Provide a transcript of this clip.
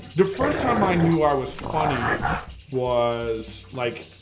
the first time i knew i was funny was like,